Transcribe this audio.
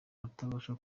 atabasha